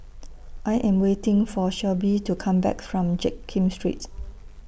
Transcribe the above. I Am waiting For Shelbie to Come Back from Jiak Kim Street